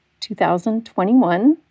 2021